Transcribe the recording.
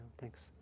thanks